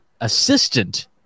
assistant